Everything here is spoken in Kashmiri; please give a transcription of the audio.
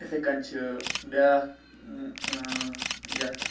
یِتھٕے کٔنۍ چھِ بیٛاکھ یِتھ